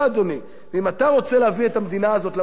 אם אתה רוצה להביא את המדינה הזאת למקום הזה,